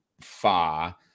far